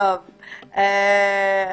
בבקשה.